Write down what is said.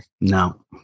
No